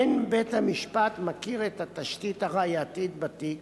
אין בית-המשפט מכיר את התשתית הראייתית בתיק